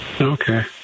Okay